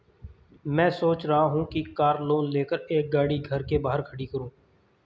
मैं सोच रहा हूँ कि कार लोन लेकर एक गाड़ी घर के बाहर खड़ी करूँ